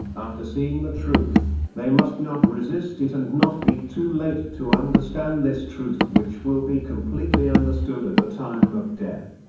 after seeing the truth, they must not resist it and not be too late to understand this truth which will be completely understood at the time of death.